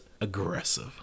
aggressive